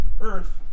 Earth